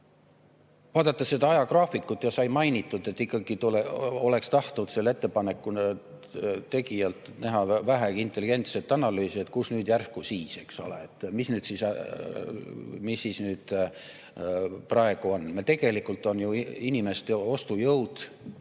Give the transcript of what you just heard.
Vaatame seda ajagraafikut, ja sai mainitud, et ikkagi oleks tahtnud selle ettepaneku tegijalt näha vähegi intelligentset analüüsi, kus nüüd järsku siis, eks ole. Mis siis praegu on? Tegelikult on ju inimeste ostujõud